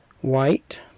White